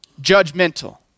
judgmental